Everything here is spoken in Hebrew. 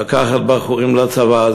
לקחת בחורים לצבא.